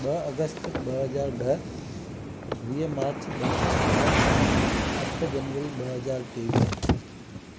ॿ अगस्त ॿ हज़ार ॾह वीह मार्च ॿ हज़ार ॿारहं अठ जनवरी ॿ हज़ार टेवीह